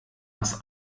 was